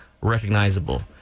recognizable